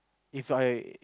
If I